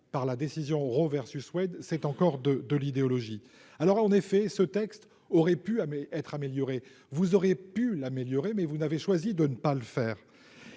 par la décision Roe versus Wade s'est encore de de l'idéologie, alors en effet, ce texte aurait pu ah mais être améliorée, vous auriez pu l'améliorer mais vous n'avez choisi de ne pas le faire